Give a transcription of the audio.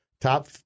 top